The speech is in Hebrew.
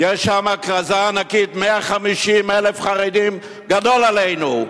יש שם כרזה ענקית: "150,000 חרדים גדול עלינו".